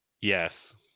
yes